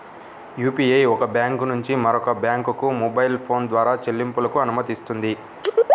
UPI ఒక bank నుంచి మరొక బ్యాంకుకు మొబైల్ ఫోన్ ద్వారా చెల్లింపులకు అనుమతినిస్తుంది